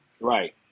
Right